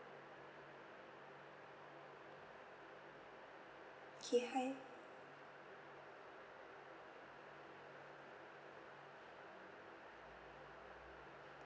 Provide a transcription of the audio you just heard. okay hi